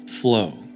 Flow